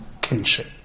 kinship